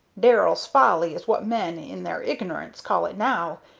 darrell's folly is what men, in their ignorance, call it now,